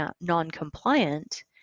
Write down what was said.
non-compliant